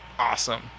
awesome